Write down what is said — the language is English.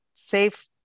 Safe